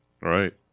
Right